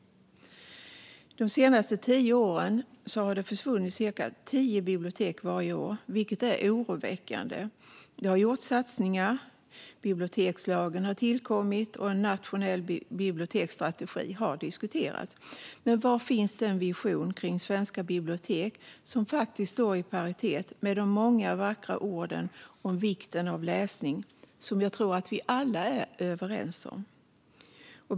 De senaste tio åren har cirka tio bibliotek försvunnit varje år, vilket är oroväckande. Det har gjorts satsningar: Bibliotekslagen har tillkommit, och en nationell biblioteksstrategi har diskuterats. Men var finns den vision kring svenska bibliotek som faktiskt står i paritet med de många vackra ord om vikten av läsning som jag tror att vi alla är överens om?